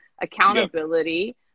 accountability